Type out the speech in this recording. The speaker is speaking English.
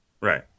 Right